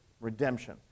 Redemption